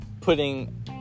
putting